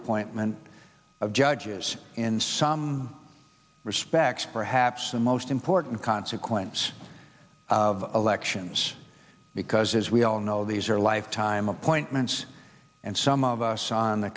appointment of judges in some respects perhaps the most important consequence of elections because as we all know these are lifetime appointments and some of us on the